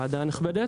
נאמר: